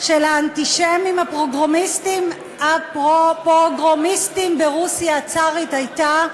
של האנטישמים הפוגרומיסטים ברוסיה הצארית הייתה: